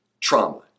trauma